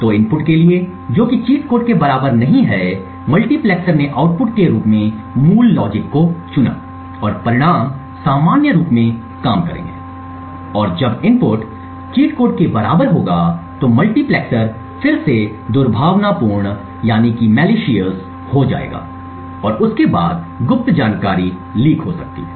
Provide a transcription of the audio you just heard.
तो इनपुट के लिए जो कि चीट कोड के बराबर नहीं हैं मल्टीप्लेक्सर ने आउटपुट के रूप में मूल लॉजिक को चुना और परिणाम सामान्य रूप में काम करेंगे और जब इनपुट चीट कोड के बराबर होगा तो मल्टीप्लेक्सर फिर से दुर्भावनापूर्ण हो जाएगा और उसके बाद गुप्त जानकारी लीक हो सकती है